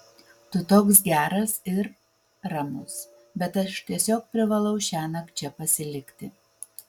tu toks geras ir ramus bet aš tiesiog privalau šiąnakt čia pasilikti